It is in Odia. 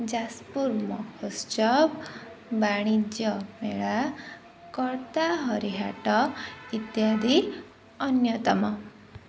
ଯାଜପୁର ମହୋତ୍ସବ ବାଣିଜ୍ୟ ମେଳା କର୍ତ୍ତା ହରିହାଟ ଇତ୍ୟାଦି ଅନ୍ୟତମ